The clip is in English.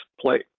play